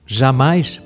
jamais